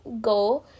go